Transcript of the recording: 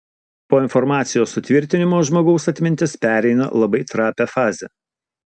po informacijos sutvirtinimo žmogaus atmintis pereina labai trapią fazę